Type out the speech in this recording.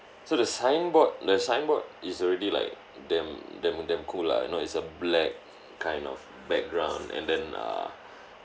so the signboard the signboard is already like damn damn damn cool lah you know it's a black kind of background and then err